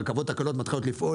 הרכבות הקלות מתחילות לפעול,